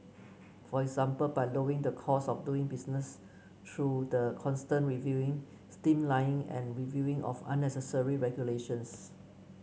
for example by lowering the cost of doing business through the constant reviewing streamlining and reviewing of unnecessary regulations